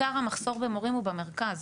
עיקר המחסור במורים הוא במרכז.